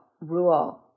rule